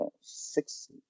six